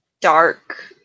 dark